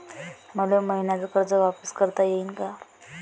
मले मईन्याचं कर्ज वापिस करता येईन का?